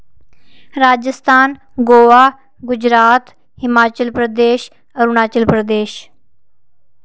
Rajasthan Goa Gujarat Himachal Pradesh Arunachal Pradesh